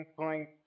point